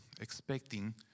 expecting